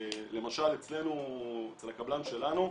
למשל אצלנו, אצל הקבלן שלנו,